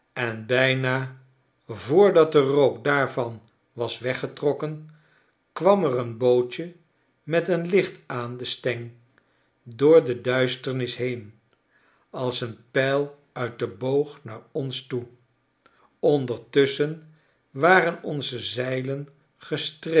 en bijna voordat de rook daarvan was weggetrokken kwam er een bootje met een licht aan de steng door de duisternis heen als een pijl uit den boog naar ons toe ondertusschen waren onze zeilen gestreken